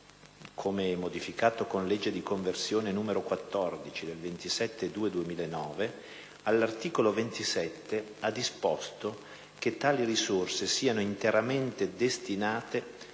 come modificato con legge di conversione 27 febbraio 2009, n. 14, all'articolo 27 ha disposto che tali risorse siano interamente destinate